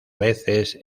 veces